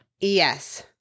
yes